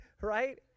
right